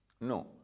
no